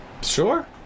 Sure